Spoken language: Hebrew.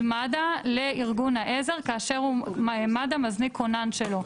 מד"א לארגון העזר כאשר מד"א מזניק כונן שלו.